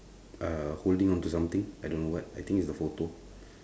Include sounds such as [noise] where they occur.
err holding onto something I don't know what I think is a photo [breath]